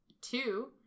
two